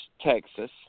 Texas